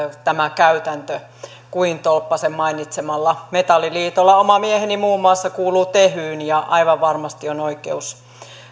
tämä käytäntö kuin tolppasen mainitsemalla metalliliitolla oma mieheni muun muassa kuuluu tehyyn ja aivan varmasti on oikeus